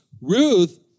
Ruth